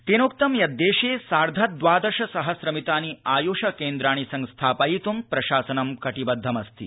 तेनोक्त यत् देशे सार्ध द्वादश सहस्रमितानि आयुष केन्द्राणि संस्थापयितुं प्रशासनं कटिबद्धमस्ति